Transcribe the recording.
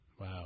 Wow